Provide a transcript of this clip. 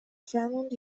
fremont